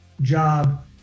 job